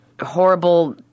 horrible